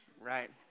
right